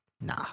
Nah